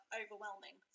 overwhelming